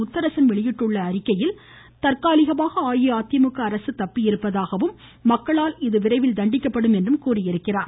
முத்தரசன் வெளியிட்டுள்ள செய்தியில் தற்காலிகமாக அஇஅதிமுக அரசு தப்பியிருப்பதாகவும் மக்களால் இது விரைவில் தண்டிக்கப்படும் என்றும் கூறியிருக்கிறார்